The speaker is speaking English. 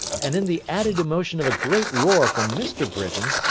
and in the added emotion of a great roar from mr. britain,